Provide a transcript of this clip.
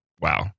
wow